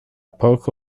پاک